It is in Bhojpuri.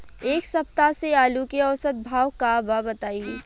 एक सप्ताह से आलू के औसत भाव का बा बताई?